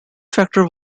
factor